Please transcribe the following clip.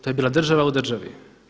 To je bila država u državi.